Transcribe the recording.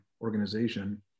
organization